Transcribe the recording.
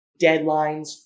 deadlines